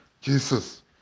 Jesus